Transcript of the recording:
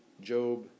Job